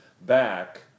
back